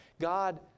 God